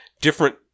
different